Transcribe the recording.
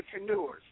entrepreneurs